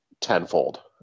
tenfold